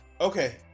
okay